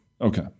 Okay